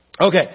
Okay